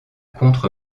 contre